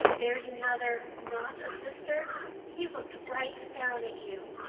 there's another, not a sister he looked right down at you.